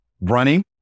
running